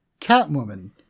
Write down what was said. Catwoman